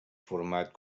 format